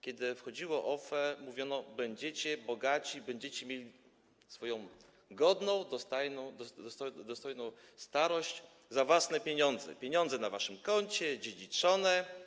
Kiedy wchodziło OFE, mówiono: będziecie bogaci, będziecie mieli swoją godną, dostojną starość za własne pieniądze, pieniądze na waszym koncie, dziedziczone.